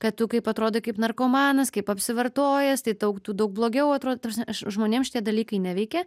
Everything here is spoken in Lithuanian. kad tu kaip atrodai kaip narkomanas kaip apsivartojęs tai daug tu daug blogiau atrodo ta prasme aš žmonėms šitie dalykai neveikia